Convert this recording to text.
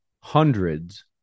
hundreds